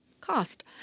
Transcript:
cost